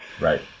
Right